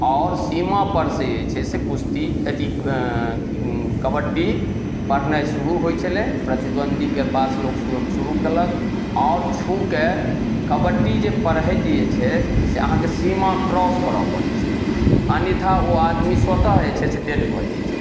आओर सीमापर से जे छै से कुश्ती अथी कबड्डी पढ़नाइ शुरू होइ छलै प्रतिद्वन्दीके पास लोक शुरू कयलक आओर छूके कबड्डी जे पढ़ैत जे छै से अहाँके सीमा क्रॉस करऽ पड़य छलै अन्यथा ओ आदमी स्वतः जे छै से डेड भऽ जाइ छलै